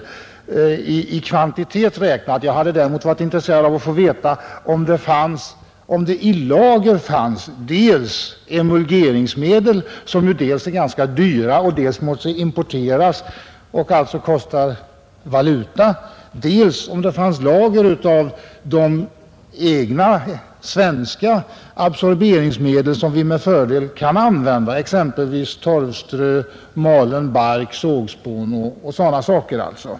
Jag är emellertid intresserad av att få veta om det utöver lager av emulgeringsmedel, som dels är ganska dyra, dels måste importeras och alltså kostar valuta, även finns lager av de svenska absorberingsmedel som med fördel kan användas, exempelvis torvströ, malen bark och sågspån.